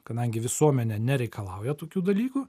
kadangi visuomenė nereikalauja tokių dalykų